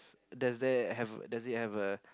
does that have does it have a